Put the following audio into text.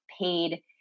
paid